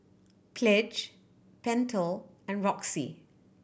Pledge Pentel and Roxy